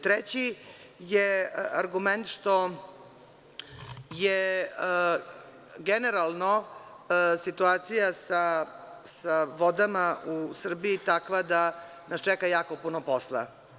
Treći argument je generalno situacija sa vodama u Srbiji takva da nas čeka jako puno posla.